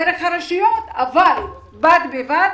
דרך הרשויות - אבל בד בבד,